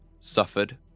suffered